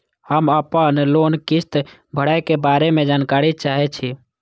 हम आपन लोन किस्त भरै के बारे में जानकारी चाहै छी?